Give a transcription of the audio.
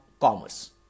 commerce